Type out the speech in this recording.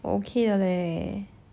我 okay 的 leh